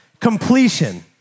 completion